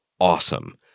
awesome